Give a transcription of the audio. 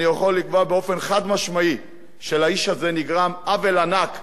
אני יכול לקבוע באופן חד-משמעי שלאיש הזה נגרם עוול ענק,